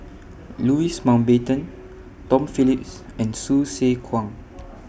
Louis Mountbatten Tom Phillips and Hsu Tse Kwang